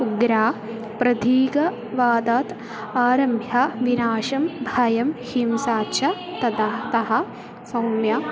उग्रप्रतीकवादात् आरम्भ्य विनाशं भयं हिंसा च तदा तः सौम्य